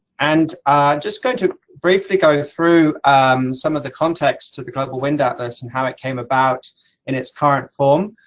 and just going to briefly go through some of the context to the global wind atlas and how it came about in its current form.